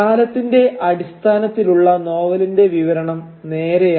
കാലത്തിന്റെ അടിസ്ഥാനത്തിലുള്ള നോവലിന്റെ വിവരണം നേരെയാണ്